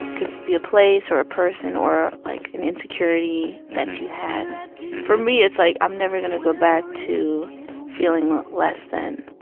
could be a place or a person or, like, an insecurity that you had for me, it's like i'm never going to go back to feeling less-than.